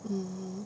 mmhmm